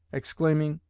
exclaiming,